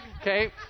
okay